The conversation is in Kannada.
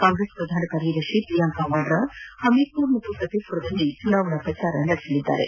ಕಾಂಗ್ರೆಸ್ ಪ್ರಧಾನ ಕಾರ್ಯದರ್ಶಿ ಪ್ರಿಯಾಂಕ ವಾದ್ರಾ ಹಮೀರ್ ಪುರ ಮತ್ತು ಫತೇಪುರದಲ್ಲಿ ಚುನಾವಣಾ ಪ್ರಚಾರ ನಡೆಸಲಿದ್ದಾರೆ